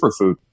Superfood